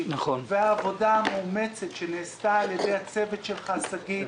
והעבודה המאומצת שנעשתה על ידי הצוות שלך שגית,